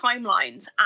timelines